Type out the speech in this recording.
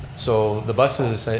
so the buses,